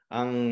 ang